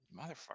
Motherfucker